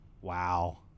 Wow